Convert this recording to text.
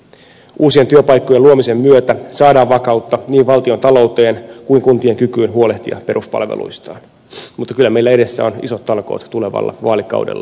uusien työpaikkojen luomisen myötä saadaan vakautta niin valtiontalouteen kuin kuntien kykyyn huolehtia peruspalveluistaan mutta kyllä meillä edessä on isot talkoot tulevalla vaalikaudella